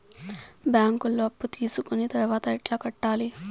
బ్యాంకులో అప్పు తీసుకొని తర్వాత ఎట్లా కట్టాలి?